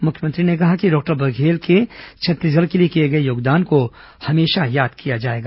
मुख्यमंत्री ने कहा कि डॉक्टर बघेल के छत्तीसगढ़ के लिए किए गए योगदान को हमेशा याद किया जाएगा